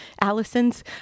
Allison's